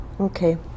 Okay